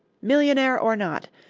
millionaire or not,